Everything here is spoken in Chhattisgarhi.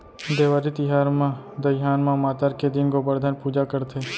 देवारी तिहार म दइहान म मातर के दिन गोबरधन पूजा करथे